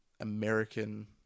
American